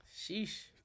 Sheesh